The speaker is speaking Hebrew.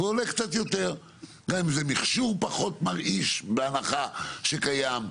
גם אם זה מכשור פחות מרעיש, בהנחה שקיים,